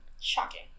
Shocking